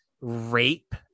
rape